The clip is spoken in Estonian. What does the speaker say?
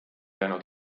jäänud